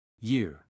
Year